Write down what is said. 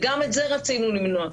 גם את זה רצינו למנוע,